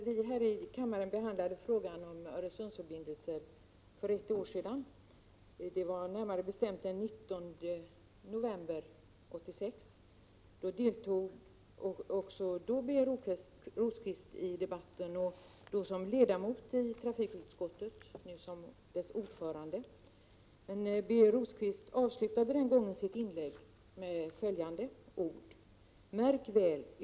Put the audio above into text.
Fru talman! När vi behandlade frågan om Öresundsförbindelser här i kammaren för ett år sedan, närmare bestämt den 19 november 1986, deltog också Birger Rosqvist i debatten, då som ledamot i trafikutskottet, nu är han ordförande. Birger Rosqvist avslutade den gången sitt inlägg med följande ord: ”Märk väl!